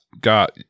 got